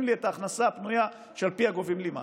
לי את ההכנסה הפנויה שעל פיה גובים לי מס.